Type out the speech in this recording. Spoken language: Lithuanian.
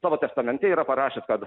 savo testamente yra parašęs kad